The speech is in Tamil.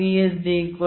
D 0